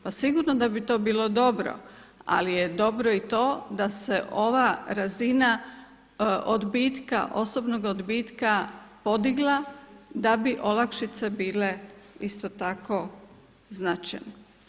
Pa sigurno da bi to bilo dobro, ali je dobro i to da se ova razina odbitka, osobnog odbitka podigla da bi olakšice bile isto tako značajne.